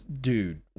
dude